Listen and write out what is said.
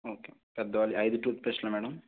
okay పెద్దోళ్ళ ఐదు tooth బ్రష్లా మ్యాడమ్